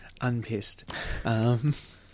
unpissed